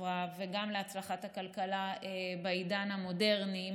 החברה וגם להצלחת הכלכלה בעידן המודרני.